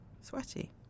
Sweaty